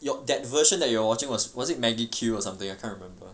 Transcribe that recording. your that version that you are watching was wasn it maggie Q or something I can't remember